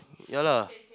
ya lah